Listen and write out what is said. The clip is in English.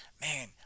man